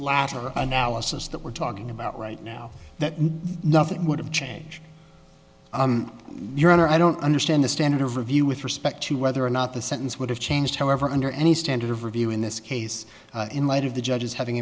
last analysis that we're talking about right now that nothing would have changed your honor i don't understand the standard of review with respect to whether or not the sentence would have changed however under any standard of review in this case in light of the judges having